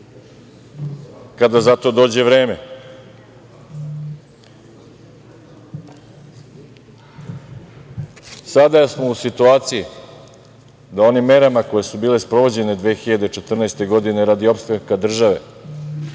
kada za to dođe vreme. Sada smo u situaciji da onim merama koje su bile sprovođene 2014. godine radi opstanka države